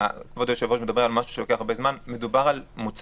כבוד היושב-ראש מדבר על משהו שלוקח הרבה זמן אבל מדובר על מוצר